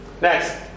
Next